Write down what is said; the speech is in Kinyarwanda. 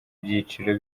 byiciro